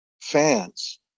fans